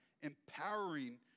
empowering